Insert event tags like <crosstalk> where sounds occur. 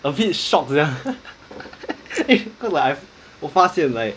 a bit shocked sia <laughs> cause like 我发现 like